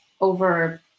over